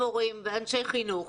במורים ובאנשי חינוך.